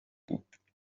بود